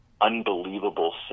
unbelievable